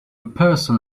person